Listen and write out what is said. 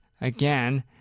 again